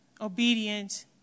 obedient